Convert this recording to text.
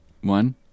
One